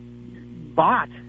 bought